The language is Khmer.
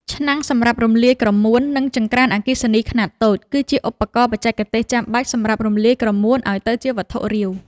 ឆ្នាំងសម្រាប់រំលាយក្រមួន និងចង្ក្រានអគ្គិសនីខ្នាតតូច គឺជាឧបករណ៍បច្ចេកទេសចាំបាច់សម្រាប់រំលាយក្រមួនឱ្យទៅជាវត្ថុរាវ។